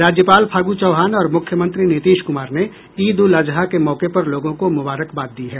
राज्यपाल फागू चौहान और मुख्यमंत्री नीतीश कुमार ने ईद उल अज़हा के मौके पर लोगों को मुबारकबाद दी है